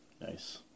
Nice